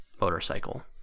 motorcycle